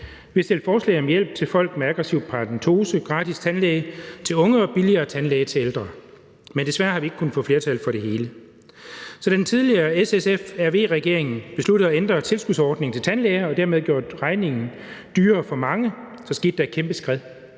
Vi har stillet forslag om hjælp til folk med aggressiv paradentose, gratis tandlæge til unge og billigere tandlæge til ældre, men desværre har vi ikke kunnet få flertal for det hele. Så da den tidligere S-SF-RV-regering besluttede at ændre tilskudsordningen til tandlæger og dermed gøre regningen dyrere for mange, skete der et kæmpe skred